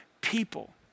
people